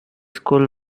school